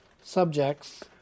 subjects